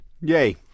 Yay